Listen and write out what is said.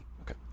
Okay